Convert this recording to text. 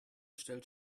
stellt